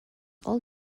all